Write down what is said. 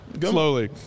Slowly